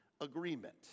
agreement